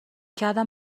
کردم